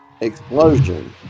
explosion